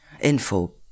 info